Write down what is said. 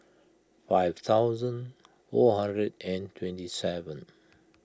five thousand four hundred and twenty seven